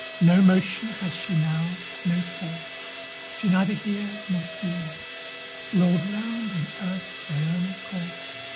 no motion has she now, no force she neither hears nor sees rolled round in earth's diurnal course,